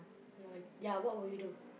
no ya what will you do